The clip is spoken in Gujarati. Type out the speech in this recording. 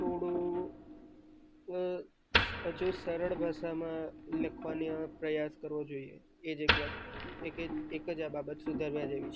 થોડું હજુ સરળ ભાષામાં લખવાનો પ્રયાસ કરવો જોઈએ એજ એક વાત એક એક એ જ બાબત સુધારવા જેવી છે